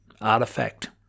artifact